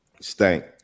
stank